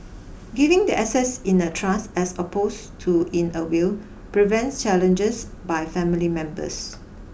giving the assets in a trust as opposed to in a will prevents challenges by family members